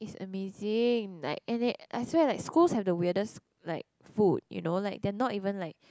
it's amazing like and it I swear like schools has the weirdest like food you know like you know like they are not even like